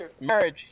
marriage